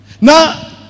Now